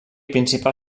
principal